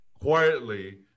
quietly